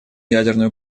ядерную